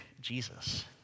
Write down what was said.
Jesus